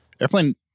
airplane